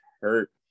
hurt